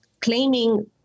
claiming